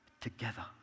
together